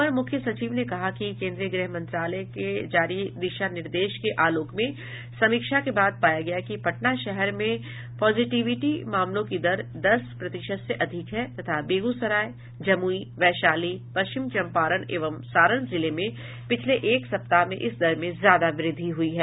अपर मुख्य सचिव ने कहा कि केंद्रीय गृह मंत्रालय के जारी दिशा निर्देश के आलोक में समीक्षा के बाद पाया गया कि पटना शहर में पॉजिटिविटी मामलों की दर दस प्रतिशत से अधिक है तथा बेगूसराय जमुई वैशाली पश्चिम चम्पारण एवं सारण जिले में पिछले एक सप्ताह में इस दर में ज्यादा वृद्धि हुई है